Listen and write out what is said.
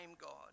God